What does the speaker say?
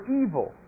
evil